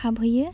हाबहैयो